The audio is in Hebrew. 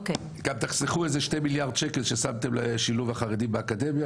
גם תחסכו איזה 2 מיליארד שקל ששמתם לשילוב החרדים באקדמיה.